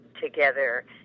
together